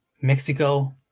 Mexico